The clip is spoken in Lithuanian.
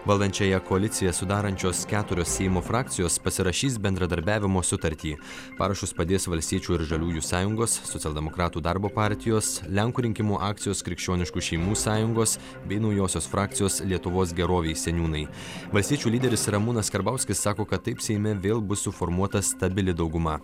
valdančiąją koaliciją sudarančios keturios seimo frakcijos pasirašys bendradarbiavimo sutartį parašus padės valstiečių ir žaliųjų sąjungos socialdemokratų darbo partijos lenkų rinkimų akcijos krikščioniškų šeimų sąjungos bei naujosios frakcijos lietuvos gerovei seniūnai valstiečių lyderis ramūnas karbauskis sako kad taip seime vėl bus suformuota stabili dauguma